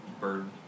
bird